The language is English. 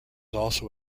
also